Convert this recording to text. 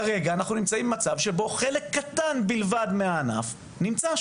כרגע אנחנו נמצאים במצב שבו חלק קטן מהענף נמצא שם.